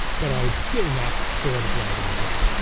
but i had still not thought of writing a book.